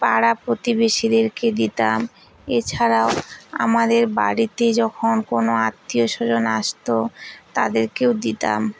পাড়া প্রতিবেশীদেরকে দিতাম এছাড়াও আমাদের বাড়িতে যখন কোনও আত্মীয়স্বজন আসত তাদেরকেও দিতাম